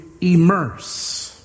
immerse